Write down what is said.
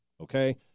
okay